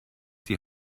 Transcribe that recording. die